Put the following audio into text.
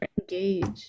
engaged